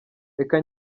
reka